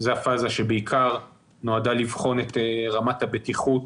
זו הפאזה שבעיקר נועדה לבחון את רמת הבטיחות